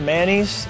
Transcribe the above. Manny's